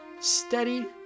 steady